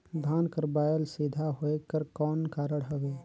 धान कर बायल सीधा होयक कर कौन कारण हवे?